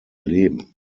leben